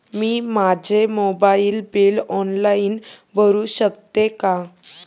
मी माझे mobile bill online भरू शकते का?